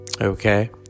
okay